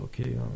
Okay